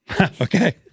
Okay